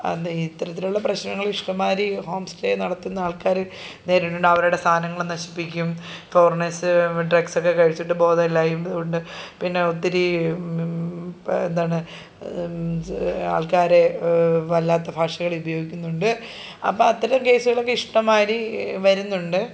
അതേ ഇത്തരത്തിലുള്ള പ്രശ്നങ്ങൾ ഇഷ്ടമ്മാതിരി ഹോം സ്റ്റേ നടത്തുന്ന ആൾക്കാർ നേരിട്ടിട്ടുണ്ട് അവരുടെ സാധനങ്ങൾ നശിപ്പിക്കും ഫോറീനേഴ്സ് ഡ്രഗ്സൊക്കെ കഴിച്ചിട്ട് ബോധമില്ലായിയുണ്ട് ഉണ്ട് പിന്നെ ഒത്തിരി എന്താണ് ആൾക്കാരെ വല്ലാത്ത ഫാഷകളുപയോഗിക്കുന്നുണ്ട് അപ്പം അത്തരം കേസുകളൊക്കെ ഇഷ്ടമ്മാതിരി വരുന്നുണ്ട്